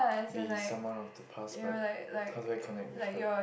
be someone of the past but how do I connect with her